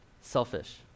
selfish